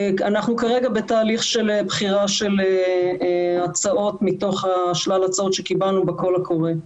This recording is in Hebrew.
כרגע אנחנו בתהליך של בחירת הצעות מתוך שלל ההצעות שקיבלנו בקול הקורא.